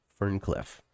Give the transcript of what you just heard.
Ferncliff